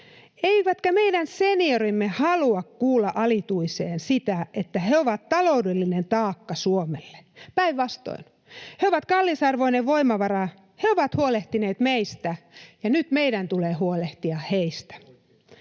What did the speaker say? Eivätkä meidän seniorimme halua kuulla alituiseen sitä, että he ovat taloudellinen taakka Suomelle. Päinvastoin, he ovat kallisarvoinen voimavara. He ovat huolehtineet meistä, ja nyt meidän tulee huolehtia heistä.